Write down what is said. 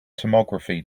tomography